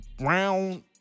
round